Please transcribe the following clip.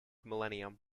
millennium